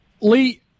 Lee